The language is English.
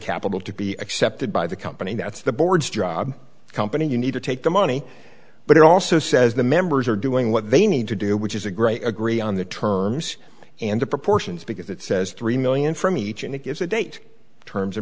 capital to be accepted by the company that's the board's job the company you need to take the money but it also says the members are doing what they need to do which is a great i agree on the terms and the proportions because it says three million from each and it gives a date in terms of